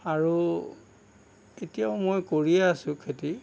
আৰু এতিয়াও মই কৰিয়ে আছো খেতি